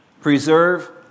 Preserve